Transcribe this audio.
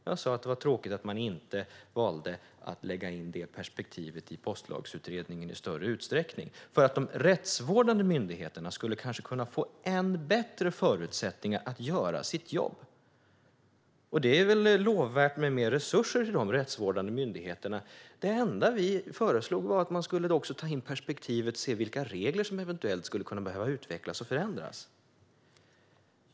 Jag sa att det var tråkigt att man inte valde att lägga in det perspektivet i Postlagsutredningen i större utsträckning för att de rättsvårdande myndigheterna kanske skulle kunna få ännu bättre förutsättningar att göra sitt jobb. Det är väl lovvärt med mer resurser till de rättsvårdande myndigheterna. Det enda vi föreslog var att man också skulle ta in deras perspektiv och se vilka regler som eventuellt skulle kunna behöva utvecklas och förändras.